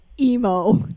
emo